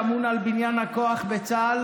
ומי שאמונים על בניין הכוח בצה"ל